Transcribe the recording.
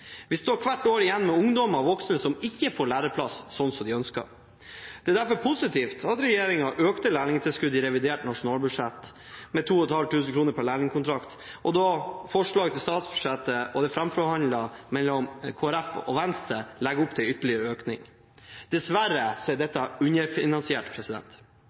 Vi står hvert år igjen med ungdommer og voksne som ikke får læreplass slik de ønsker. Det er derfor positivt at regjeringen økte lærlingtilskuddet i revidert nasjonalbudsjett med 2 500 kr per lærlingkontrakt, og at forslaget til statsbudsjett og det framforhandlede statsbudsjettet med Venstre og Kristelig Folkeparti legger opp til en ytterligere økning. Dessverre er dette underfinansiert.